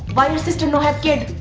why your sister no have kid?